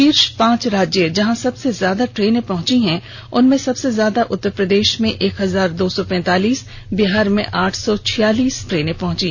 शीर्ष पांच राज्य जहां सबसे ज्यादा ट्रेनें पहुंची हैं उसमें सबसे ज्यादा उत्तर प्रदेष में एक हजार दो सौ पैंतालीस और बिहार में आठ सौ छियालीस ट्रेनें पहुंची